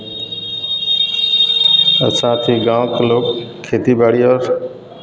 और साथ ही गाँव के लोग खेती बाड़ी और